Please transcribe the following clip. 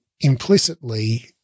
implicitly